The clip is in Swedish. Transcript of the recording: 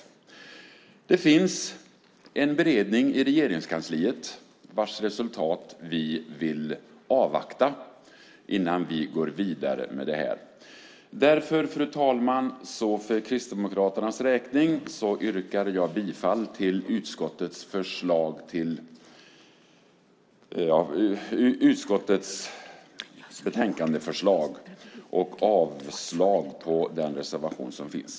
Det finns en beredning i Regeringskansliet vars resultat vi vill avvakta innan vi går vidare. Därför yrkar jag för Kristdemokraternas räkning, fru talman, bifall till utskottets förslag i betänkandet och avslag på den reservation som finns.